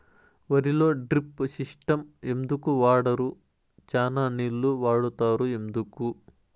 వరిలో drip system ఎందుకు వాడరు? చానా నీళ్లు వాడుతారు ఎందుకు?